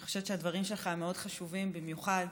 אני חושבת שהדברים שלך מאוד חשובים, במיוחד